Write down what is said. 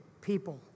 people